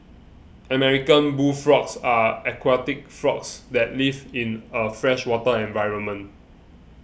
American bullfrogs are aquatic frogs that live in a freshwater environment